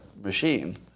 machine